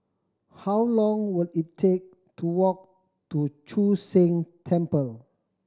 how long will it take to walk to Chu Sheng Temple